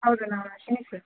ಹೌದು ನಾನು ಅಶ್ವಿನಿ ಸರ್